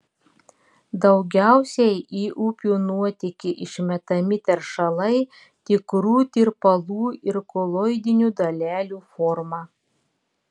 daugiausiai į upių nuotėkį išmetami teršalai tikrų tirpalų ir koloidinių dalelių forma